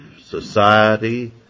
society